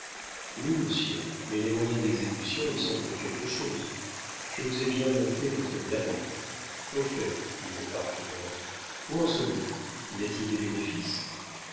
oui monsieur mais les moyens d'exécution y sont pour quelque chose je vous ai bien monté votre diamant au fait dit le parfumeur où en sommes-nous y a-t-il des bénéfices